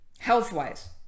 health-wise